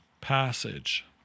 passage